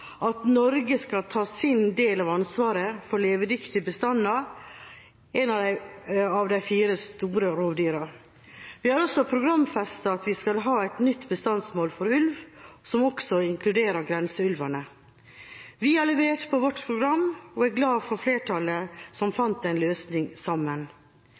at Norge skal ta sin del av ansvaret for levedyktige bestander av de fire store rovdyrene. Vi har også programfestet at vi skal ha et nytt bestandsmål for ulv som også inkluderer grenseulvene. Vi har levert på vårt program og er glad for flertallet, som fant en løsning sammen.